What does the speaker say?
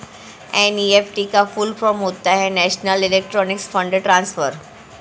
NEFT का full form होता है नेशनल इलेक्ट्रॉनिक्स फण्ड ट्रांसफर